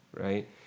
right